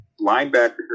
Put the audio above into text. linebacker